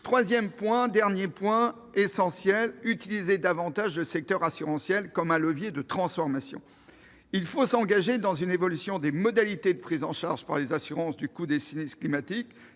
troisième point essentiel concerne l'utilisation accrue du secteur assurantiel comme levier de transformation. Il faut s'engager dans une évolution des modalités de prise en charge par les assurances du coût des sinistres climatiques.